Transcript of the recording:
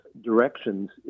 directions